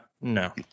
No